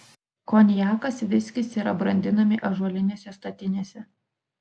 konjakas viskis yra brandinami ąžuolinėse statinėse